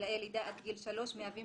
בגילאי לידה עד גיל שלוש מהווים